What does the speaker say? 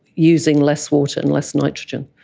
using less water and less nitrogen.